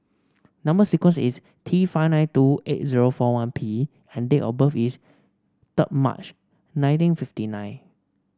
number sequence is T five nine two eight zero four one P and date of birth is three May nineteen fifty nine